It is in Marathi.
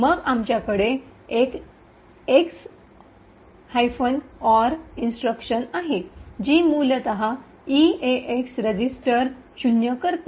मग आमच्याकडे एक एक्स ऑर इन्स्ट्रक्शन आहे जी मूलत ईएएक्स रजिस्टर शून्य करते